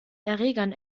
erregern